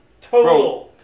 Total